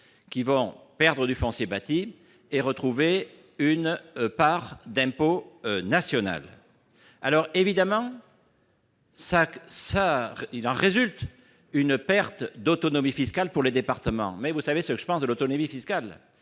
sur les propriétés bâties et retrouver une part d'impôt national. Évidemment, il en résulte une perte d'autonomie fiscale pour les départements, mais vous savez ce que je pense de l'autonomie fiscale